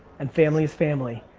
and family is family.